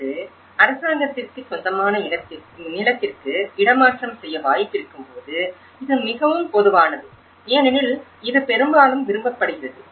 அல்லது அரசாங்கத்திற்குச் சொந்தமான நிலத்திற்கு இடமாற்றம் செய்ய வாய்ப்பு இருக்கும்போது இது மிகவும் பொதுவானது ஏனெனில் இது பெரும்பாலும் விரும்பப்படுகிறது